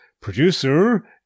producer